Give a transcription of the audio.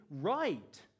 right